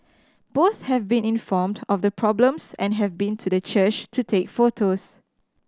both have been informed of the problems and have been to the church to take photos